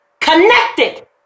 Connected